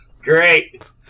Great